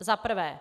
Za prvé.